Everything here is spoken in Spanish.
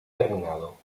terminado